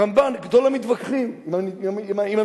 הרמב"ן, גדול המתווכחים עם הנוצרים.